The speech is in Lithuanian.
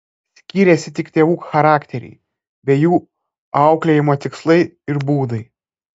skyrėsi tik tėvų charakteriai bei jų auklėjimo tikslai ir būdai